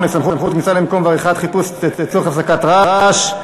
8) (סמכות כניסה למקום ועריכת חיפוש לצורך הפסקת רעש),